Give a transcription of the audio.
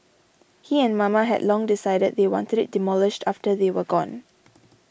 he and Mama had long decided they wanted it demolished after they were gone